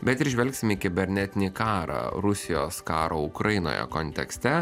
bet ir žvelgsim į kibernetinį karą rusijos karo ukrainoje kontekste